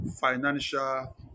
financial